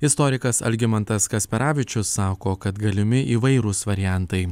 istorikas algimantas kasparavičius sako kad galimi įvairūs variantai